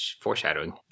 foreshadowing